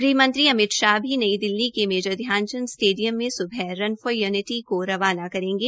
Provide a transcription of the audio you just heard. गृहमंत्रीअमितशाह भी नई दिल्ली के मेजर ध्यान चंद स्टेडियम से सुबह रन फॉर युनिटी को रवाना करेंगे